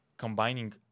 combining